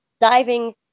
diving